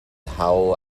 howl